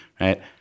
right